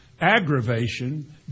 aggravation